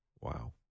Wow